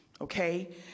Okay